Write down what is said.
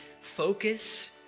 focus